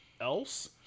else